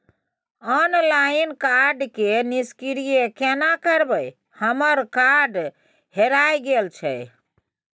Online card के निष्क्रिय केना करबै हमर कार्ड हेराय गेल छल?